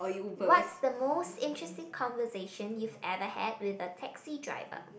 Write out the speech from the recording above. what's the most interesting conversation you've ever had with a taxi driver